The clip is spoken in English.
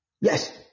yes